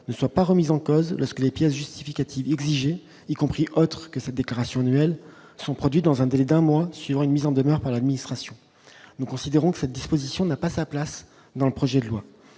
ne soit pas remise en cause parce que les pièces justificatives exigées y compris autre que cette déclaration annuelle sont produits dans un délai d'un mois sur une mise en demeure par l'administration, nous considérons que cette disposition n'a pas sa place dans le projet de loi,